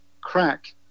crack